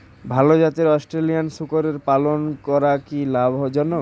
ভাল জাতের অস্ট্রেলিয়ান শূকরের পালন করা কী লাভ জনক?